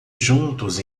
juntos